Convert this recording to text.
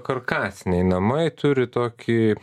karkasiniai namai turi tokį